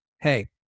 Hey